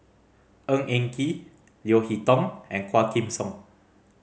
Ng Eng Kee Leo Hee Tong and Quah Kim Song